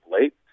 late